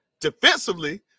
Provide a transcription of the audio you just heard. defensively